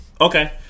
Okay